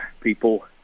people